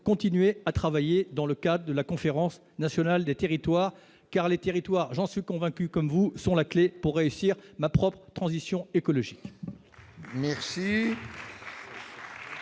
continuer à travailler dans le cas de la conférence nationale des territoires car les territoires Jean convaincu comme vous sont la clef pour réussir ma propre transition écologique.